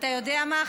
ואתה יודע מה,